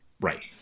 Right